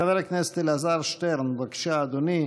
חבר הכנסת אלעזר שטרן, בבקשה, אדוני,